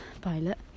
pilot